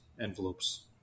envelopes